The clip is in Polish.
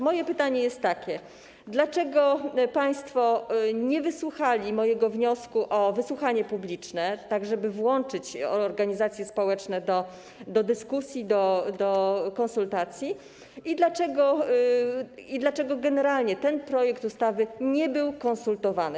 Moje pytanie jest takie: Dlaczego państwo nie wysłuchali mojego wniosku o wysłuchanie publiczne tak, żeby włączyć organizacje społeczne do dyskusji, do konsultacji, i dlaczego generalnie ten projekt ustawy nie był konsultowany?